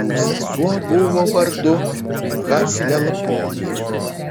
jų sesuo buvo vardu haclelponė